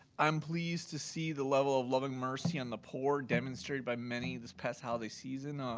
i'm pleased to see the level of love and mercy on the poor demonstrated by many this past holiday season. ah